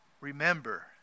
remember